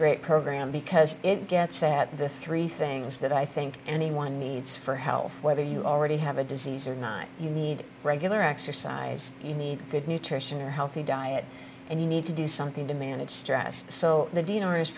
great program because it gets at the three things that i think anyone needs for health whether you already have a disease or not you need regular exercise you need good nutrition or healthy diet and you need to do something to manage stress so the d